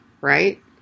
right